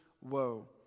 woe